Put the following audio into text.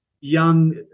young